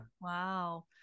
Wow